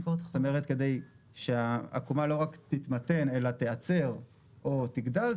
כלומר כדי שהעקומה לא רק תתמתן אלא תיעצר או תגדל,